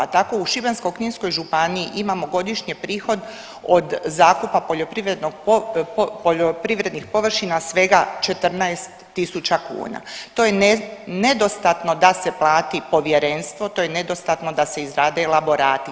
Tako u šibensko-kninskoj županiji imamo godišnje prihod od zakupa poljoprivrednih površina svega 14.000 kuna, to je nedostatno da se plati povjerenstvo, to je nedostatno da se izrade elaborati.